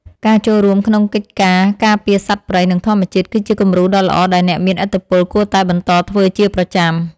ការចូលរួមក្នុងកិច្ចការការពារសត្វព្រៃនិងធម្មជាតិគឺជាគំរូដ៏ល្អដែលអ្នកមានឥទ្ធិពលគួរតែបន្តធ្វើជាប្រចាំ។